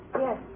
Yes